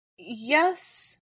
Yes